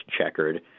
checkered